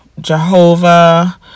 Jehovah